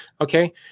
Okay